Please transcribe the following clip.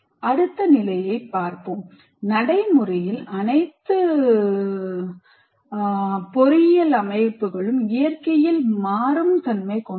அடுத்த நிலையைப் பார்ப்போம் நடைமுறையில் அனைத்து பொறியியல் அமைப்புகளும் இயற்கையில் மாறும் தன்மை கொண்டது